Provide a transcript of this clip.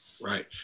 Right